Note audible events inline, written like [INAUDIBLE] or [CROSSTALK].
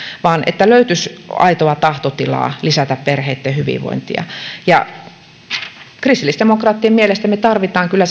vaan siten että löytyisi aitoa tahtotilaa lisätä perheitten hyvinvointia kristillisdemokraattien mielestä me tarvitsemme kyllä [UNINTELLIGIBLE]